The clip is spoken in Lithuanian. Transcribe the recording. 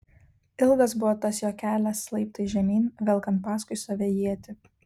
ilgas buvo tas jo kelias laiptais žemyn velkant paskui save ietį